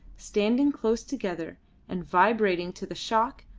standing close together and vibrating to the shock,